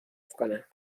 کنم